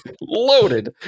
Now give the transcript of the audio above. loaded